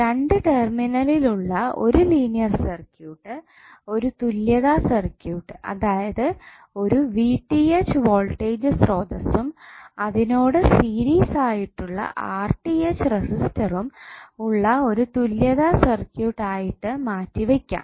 രണ്ട് ടെർമിനൽ ഉള്ള ഒരു ലീനിയർ സർക്യൂട്ട് ഒരു തുല്യത സർക്യൂട്ട് അതായത് ഒരു വോൾടേജ് സ്രോതസ്സും അതിനോട് സീരീസ് ആയിട്ടുള്ള റെസിസ്റ്ററും ഉള്ള ഒരു തുല്യത സർക്യൂട്ട് ആയിട്ട് മാറ്റി വെയ്ക്കാം